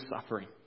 suffering